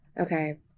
Okay